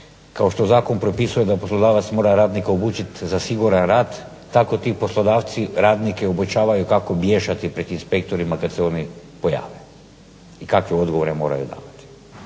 kao što zakon propisuje da poslodavac mora radnika obučiti za siguran rad, tako ti poslodavci radnike obučavaju kako bježati pred inspektorima kad se oni pojave, i kakve odgovore moraju davati.